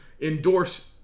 endorse